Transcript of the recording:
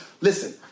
Listen